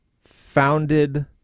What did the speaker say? founded